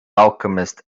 alchemist